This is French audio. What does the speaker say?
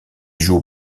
joue